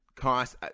Cost